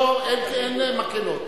אין מקהלות.